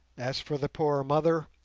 as for the poor mother,